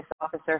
officer